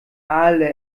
alle